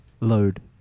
load